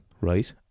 Right